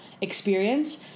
experience